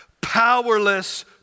powerless